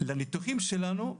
לניתוחים שלנו,